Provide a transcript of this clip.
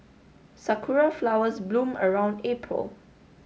sakura flowers bloom around April